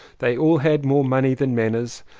they all had more money than manners.